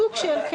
סוג של.